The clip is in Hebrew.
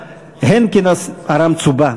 ארם-צובא,